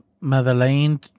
Madeleine